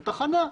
הוא תחנה.